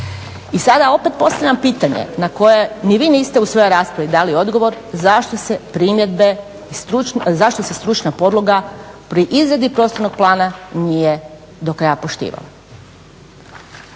I sada opet postavljam pitanje na koje ni vi niste u svojoj raspravi dali odgovor zašto se stručna podloga pri izradi prostornog plana nije do kraja poštivala.